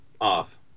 off